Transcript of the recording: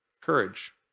Courage